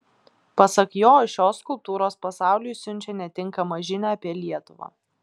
pasak jo šios skulptūros pasauliui siunčia netinkamą žinią apie lietuvą